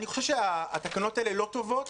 אני חושב שהתקנות האלה לא טובות,